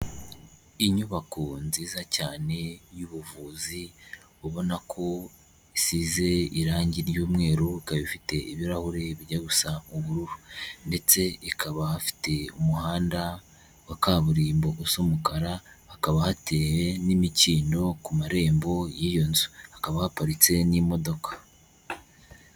Inyubako nziza cyane y'ubuvuzi ubona ko isize irangi ry'umweru, ikaba ifite ibirahuri bijya gusa ubururu ndetse ikaba hafite umuhanda wa kaburimbo usa umukara, hakaba hateyewe n'imikindo, ku marembo y'iyo nzu hakaba haparitse n'imodoka.